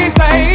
say